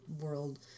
world